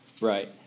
Right